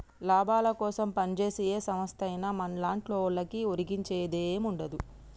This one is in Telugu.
లాభాలకోసం పంజేసే ఏ సంస్థైనా మన్లాంటోళ్లకు ఒరిగించేదేముండదు